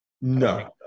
No